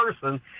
person